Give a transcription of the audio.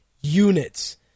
units